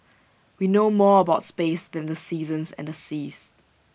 we know more about space than the seasons and the seas